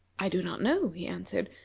i do not know, he answered,